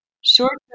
short